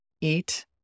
eat